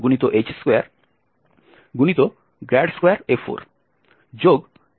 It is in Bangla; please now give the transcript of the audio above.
h33f4